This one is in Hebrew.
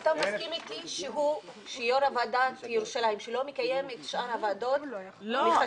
אתה מסכים איתי שיו"ר הוועדה של ירושלים שלא מקיים את שאר הוועדות מחשש